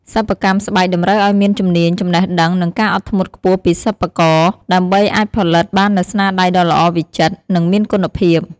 សិប្បកម្មស្បែកតម្រូវឲ្យមានជំនាញ ចំណេះដឹង និងការអត់ធ្មត់ខ្ពស់ពីសិប្បករ ដើម្បីអាចផលិតបាននូវស្នាដៃដ៏ល្អវិចិត្រ និងមានគុណភាព។